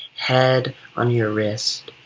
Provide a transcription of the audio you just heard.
head on your wrist.